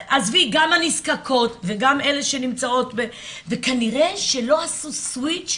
גם הנזקקות וגם אלה שלא וכנראה שלא עשו סוויץ'